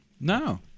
No